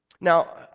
Now